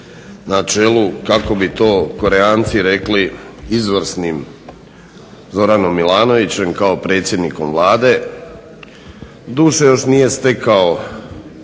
na čelu kako bi to KOreanci rekli izvrsnim Zoranom Milanovićem kao predsjednikom Vlade. Doduše još nije stekao